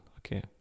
Okay